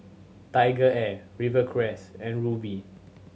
TigerAir Rivercrest and Rubi